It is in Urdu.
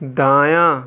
دایاں